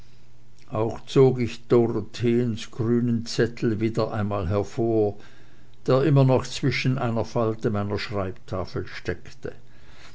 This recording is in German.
auch zog ich dorotheens grünen zettel einmal wieder hervor der noch immer zwischen einer falte meiner schreibtafel steckte